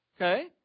Okay